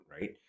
right